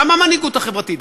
גם המנהיגות החברתית,